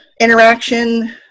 interaction